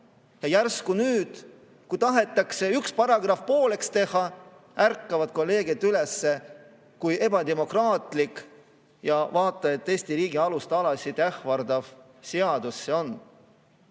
Ja järsku nüüd, kui tahetakse üks paragrahv pooleks teha, ärkavad kolleegid üles, et kui ebademokraatlik ja vaat et Eesti riigi alustalasid ähvardav seadus see on.